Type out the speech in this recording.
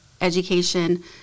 education